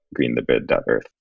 greenthebid.earth